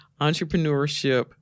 entrepreneurship